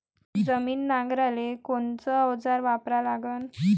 जमीन नांगराले कोनचं अवजार वापरा लागन?